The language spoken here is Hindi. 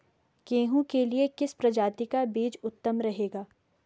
गेहूँ के लिए किस प्रजाति का बीज उत्तम रहेगा?